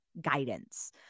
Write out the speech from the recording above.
guidance